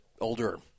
older